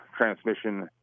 transmission